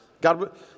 God